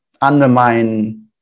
undermine